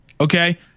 okay